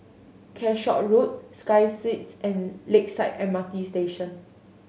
Calshot Road Sky Suites and Lakeside M R T Station